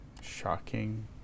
shocking